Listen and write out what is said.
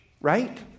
right